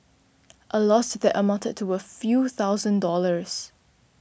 a loss that amounted to a few thousand dollars